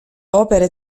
opere